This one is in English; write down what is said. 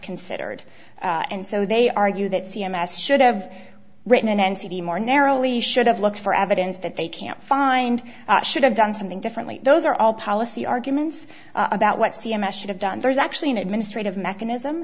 considered and so they argue that c m s should have written an entity more narrowly should have looked for evidence that they can't find should have done something differently those are all policy arguments about what c m s should have done there's actually an administrative mechanism